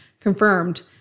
confirmed